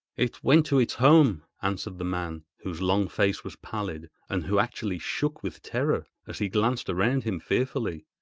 it went to its home answered the man, whose long face was pallid, and who actually shook with terror as he glanced around him fearfully.